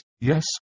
yes